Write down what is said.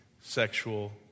sexual